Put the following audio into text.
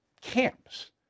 camps